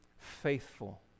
faithful